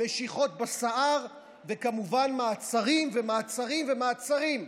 משיכות בשיער וכמובן מעצרים ומעצרים ומעצרים.